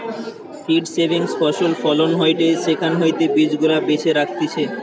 seed saving ফসল ফলন হয়টে সেখান হইতে বীজ গুলা বেছে রাখতিছে